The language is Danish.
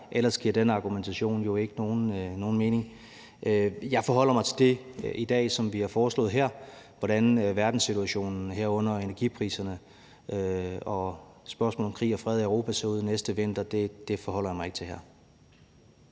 ellers giver den argumentation jo ikke nogen mening. Jeg forholder mig i dag til det, som vi har foreslået her. Hvordan verdenssituationen, herunder energipriserne og spørgsmålet om krig og fred i Europa, ser ud næste vinter, forholder jeg mig ikke til her.